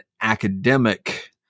academic